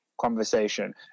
conversation